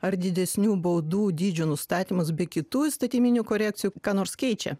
ar didesnių baudų dydžių nustatymas bei kitų įstatyminių korekcijų ką nors keičia